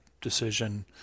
decision